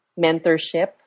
mentorship